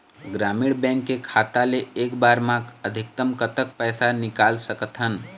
ग्रामीण बैंक के खाता ले एक बार मा अधिकतम कतक पैसा निकाल सकथन?